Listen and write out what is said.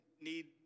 need